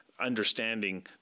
understanding